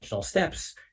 steps